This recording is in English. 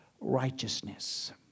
righteousness